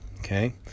Okay